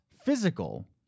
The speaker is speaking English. physical